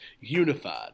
unified